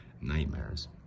nightmares